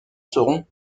seront